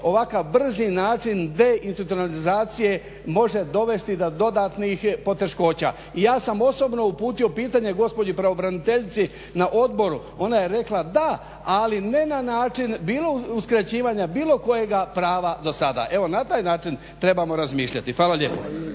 ovakav brzi način deinstitucionalizacije može dovesti do dodatnih poteškoća. I ja sam osobno uputio pitanje gospođi pravobraniteljici na odboru. Ona je rekla da, ali ne na način uskraćivanja bilo kojega prava do sada. Evo na taj način trebamo razmišljati. Hvala lijepo.